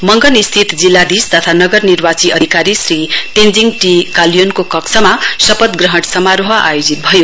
मंगन स्थित जिल्लाधीश तथा नगर निर्वाची अधिकारी श्री तेन्जिङ टी काल्योनको कक्षमा शपथ ग्रहण समारोह आयोजित भयो